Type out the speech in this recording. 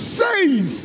says